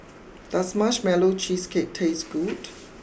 does Marshmallow Cheesecake taste good